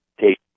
take